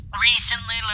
Recently